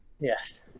Yes